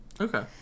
Okay